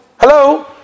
hello